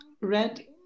RED